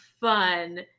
fun